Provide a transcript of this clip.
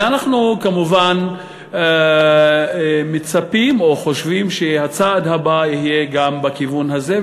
ואנחנו כמובן מצפים או חושבים שהצעד הבא יהיה גם בכיוון הזה,